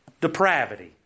depravity